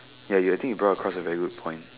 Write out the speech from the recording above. ya ya I think you brought across a very good point